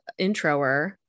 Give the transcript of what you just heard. introer